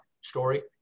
story